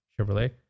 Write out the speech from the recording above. Chevrolet